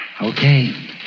Okay